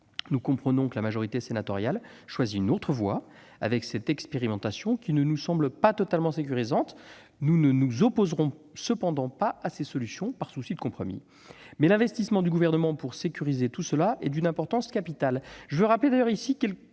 Nous comprenons que la majorité sénatoriale a choisi une autre voie avec cette expérimentation qui ne nous semble pas totalement sécurisante. Nous ne nous opposerons cependant pas à ces solutions, par souci de compromis, mais l'investissement du Gouvernement pour sécuriser le dispositif retenu est d'une importance capitale.